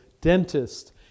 dentist